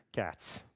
cats